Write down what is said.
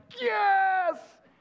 yes